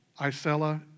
Isella